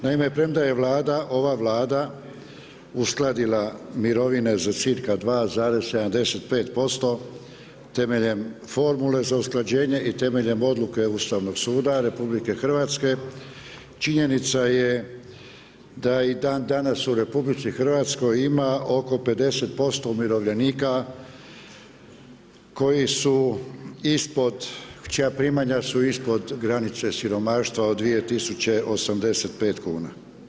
Naime, premda je ova Vlada uskladila mirovine za cirka 2,75% temeljem formule za usklađenje i temeljem odluke Ustavnog suda RH, činjenica je da i dan danas u RH ima oko 50% umirovljenika, koji su ispod, čija primanja su ispod granice siromaštva od 2085 kn.